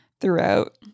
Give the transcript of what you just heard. throughout